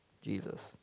Jesus